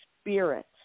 spirit